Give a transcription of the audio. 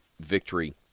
victory